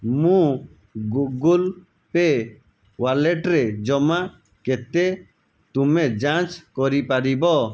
ମୋ Google Pay wallet ରେ ଜମା କେତେ ତୁମେ ଯାଞ୍ଚ୍ କରିପାରିବ